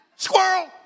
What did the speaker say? Squirrel